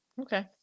Okay